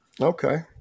Okay